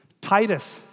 Titus